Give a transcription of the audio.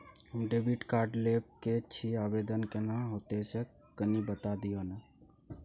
हम debit card लेब के छि, आवेदन केना होतै से कनी बता दिय न?